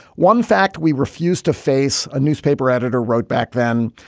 one fact we refuse to face, a newspaper editor wrote back then,